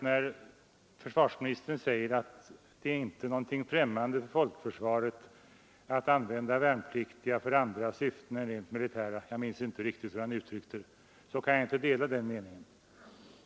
När försvarsministern säger att det inte är någonting främmande för folkförsvaret att använda värnpliktiga för andra syften än rent militära — jag minns inte riktigt hur han uttryckte det — kan jag inte dela den meningen.